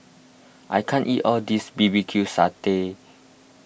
I can't eat all of this B B Q Sambal Sting Ray